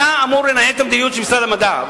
אתה אמור לנהל את המדיניות של משרד המדע.